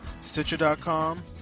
Stitcher.com